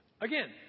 again